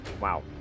Wow